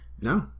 No